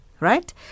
right